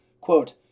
Quote